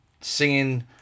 singing